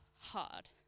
hard